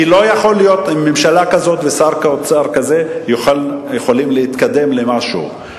כי לא יכול להיות שעם ממשלה כזאת ושר אוצר כזה יכולים להתקדם למשהו.